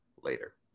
later